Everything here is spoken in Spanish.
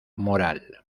moral